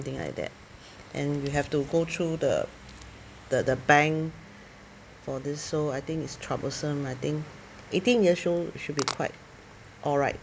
thing like that and you have to go through the the the bank for this so I think it's troublesome I think eighteen years old should be quite alright